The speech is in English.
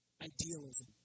Idealism